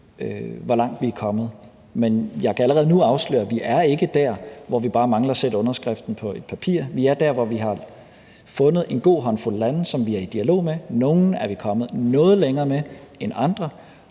hvor langt vi er kommet. Men jeg kan allerede nu afsløre, at vi ikke er der, hvor vi bare mangler at sætte underskriften på et papir. Vi er der, hvor vi har fundet en god håndfuld lande, som vi er i dialog med – nogle er vi kommet noget længere med end andre.